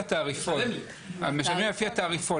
הם משלמים לפי התעריפון.